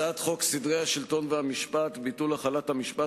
הצעת חוק סדרי השלטון והמשפט (ביטול החלת המשפט,